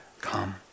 come